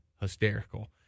hysterical